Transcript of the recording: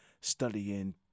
studying